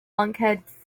lunkheads